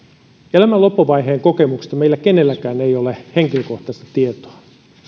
elämän loppuvaiheen kokemuksista meillä kenelläkään ei ole henkilökohtaista tietoa